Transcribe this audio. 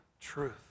truth